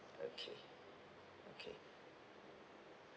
okay okay